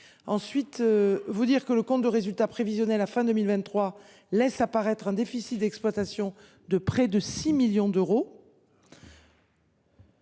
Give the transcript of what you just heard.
De plus, le compte de résultat prévisionnel à la fin 2023 laisse apparaître un déficit d’exploitation de près de 6 millions d’euros.